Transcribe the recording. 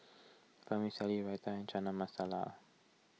Vermicelli Raita and Chana Masala